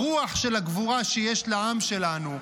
הרוח של הגבורה שיש לעם שלנו,